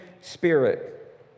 spirit